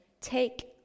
take